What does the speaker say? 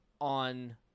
on